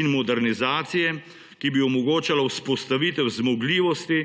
in modernizacije, ki bi omogočala vzpostavitev zmogljivosti,